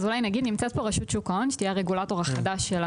נמצאת פה רשות שוק ההון, שתהיה הרגולטור הנוסף.